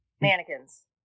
mannequins